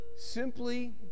Simply